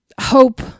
hope